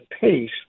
pace